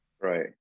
Right